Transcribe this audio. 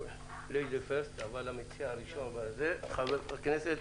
המציע הראשון, חבר הכנסת